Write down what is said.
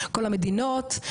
כל המדינות,